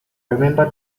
remember